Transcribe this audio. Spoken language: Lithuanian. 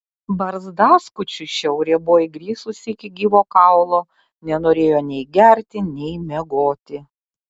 barzdaskučiui šiaurė buvo įgrisusi iki gyvo kaulo nenorėjo nei gerti nei miegoti